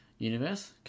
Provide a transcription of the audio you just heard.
universe